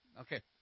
Okay